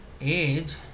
age